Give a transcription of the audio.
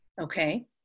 Okay